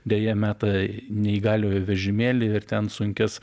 deja meta neįgaliojo vežimėlį ir ten sunkias